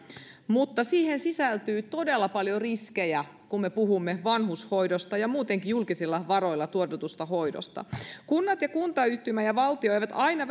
mutta siihen sisältyy todella paljon riskejä kun me puhumme vanhusten hoidosta ja muutenkin julkisilla varoilla tuotetusta hoidosta kunnat ja kuntayhtymät ja valtio eivät aina